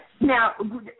Now